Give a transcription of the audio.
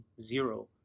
zero